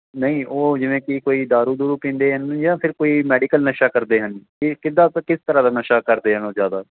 ਨਹੀਂ ਉਹ ਜਿਵੇਂ ਕੀ ਕੋਈ ਦਾਰੂ ਦੁਰੂ ਪੀਂਦੇ ਹਨ ਜਾਂ ਫਿਰ ਕੋਈ ਮੈਡੀਕਲ ਨਸ਼ਾ ਕਰਦੇ ਹਨ ਇਹ ਕਿੱਦਾਂ ਫਿਰ ਕਿਸ ਤਰ੍ਹਾਂ ਦਾ ਨਸ਼ਾ ਕਰਦੇ ਹਨ ਉਹ ਜ਼ਿਆਦਾ